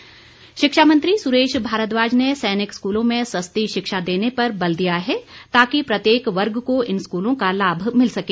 भारद्वाज शिक्षा मंत्री सुरेश भारद्वाज ने सैनिक स्कूलों में सस्ती शिक्षा देने पर बल दिया है ताकि प्रत्येक वर्ग को इन स्कूलों का लाभ मिल सके